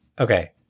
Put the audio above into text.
Okay